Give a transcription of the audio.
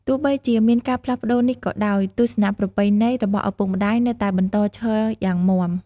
ទោះបីជាមានការផ្លាស់ប្តូរនេះក៏ដោយ ទស្សនៈប្រពៃណីរបស់ឪពុកម្ដាយនៅតែបន្តឈរយ៉ាងមាំ។